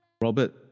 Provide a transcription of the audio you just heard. Robert